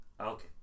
okay